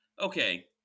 okay